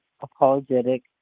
apologetic